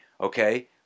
Okay